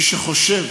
מי שחושב